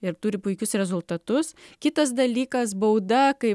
ir turi puikius rezultatus kitas dalykas bauda kai